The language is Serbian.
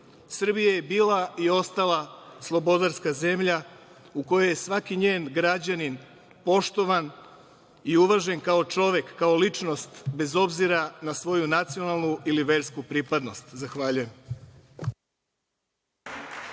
je bila i ostala slobodarska zemlja u kojoj je svaki njen građanin poštovan i uvažen kao čovek, kao ličnost, bez obzira na svoju nacionalnu ili versku pripadnost. Zahvaljujem.